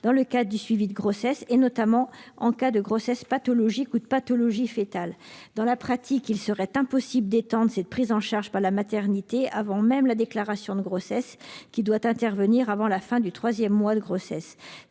dans le cadre du suivi de grossesse, notamment en cas de grossesse pathologique ou de pathologie foetale. Dans la pratique, il serait impossible d'étendre cette prise en charge par la maternité avant même la déclaration de grossesse, qui doit intervenir avant la fin du troisième mois. C'est